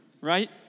Right